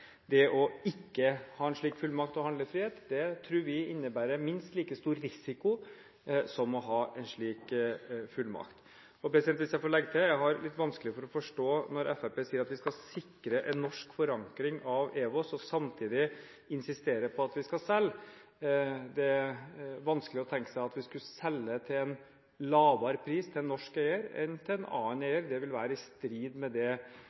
innlegg: Det ikke å ha en slik fullmakt og handlefrihet tror vi innebærer minst like stor risiko som å ha en slik fullmakt. Hvis jeg får legge til: Jeg har litt vanskelig for å forstå det når Fremskrittspartiet sier at vi skal sikre en norsk forankring av EWOS og samtidig insisterer på at vi skal selge. Det er vanskelig å tenke seg at vi skulle selge til en lavere pris til en norsk eier enn til en annen eier. Det vil være i strid med det